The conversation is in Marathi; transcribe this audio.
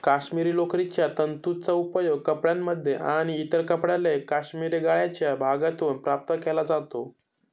काश्मिरी लोकरीच्या तंतूंचा उपयोग कपड्यांमध्ये आणि इतर कपडा लेख काश्मिरी गळ्याच्या भागातून प्राप्त केला जातो